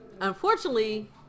unfortunately